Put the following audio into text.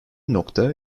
nokta